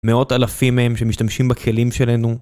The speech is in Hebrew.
מאות אלפים מהם שמשתמשים בכלים שלנו